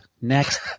Next